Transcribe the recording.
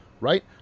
right